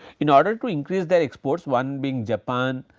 in order to increase their exports one being japan,